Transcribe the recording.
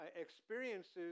experiences